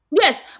Yes